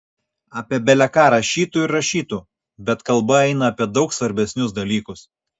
apie bele ką rašytų ir rašytų bet kalba eina apie daug svarbesnius dalykus